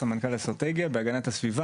סמנכ"ל אסטרטגיה במשרד להגנת הסביבה.